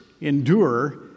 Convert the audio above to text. endure